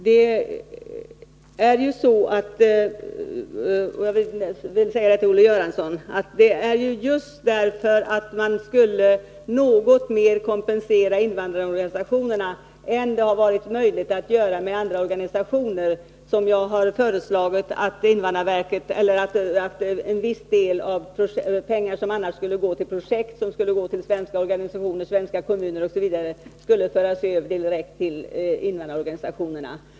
Det är ju just därför att man något mera skulle kunna kompensera invandrarorganisationerna än det hittills varit möjligt att göra när det gäller andra organisationer, Olle Göransson, som jag har föreslagit att en viss del av de pengar som annars skulle gå till projekt avsedda för svenska organisationer, svenska kommuner osv. skulle föras över direkt till invandrarorganisationerna.